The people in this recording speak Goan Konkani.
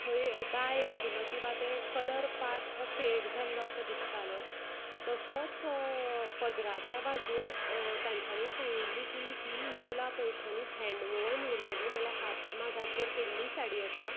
थंय डाय आशिल्लो किंवां तें कलर पार्ट हो फेड जाल्लो असो दिसतालो तसोच पदराच्या बाजून तांच्यानी सांगिल्लें की ही योवला पैठणी हेंड वुवन म्हणटली म्हळ्यार हात मागाचेर केल्ली साडी आसा